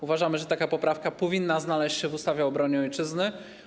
Uważamy, że taka poprawka powinna znaleźć się w ustawie o obronie Ojczyzny.